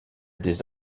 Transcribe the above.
des